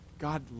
God